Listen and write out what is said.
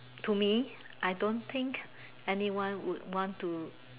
to me I don't think anyone would want to